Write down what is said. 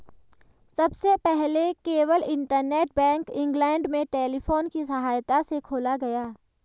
सबसे पहले केवल इंटरनेट बैंक इंग्लैंड में टेलीफोन की सहायता से खोला गया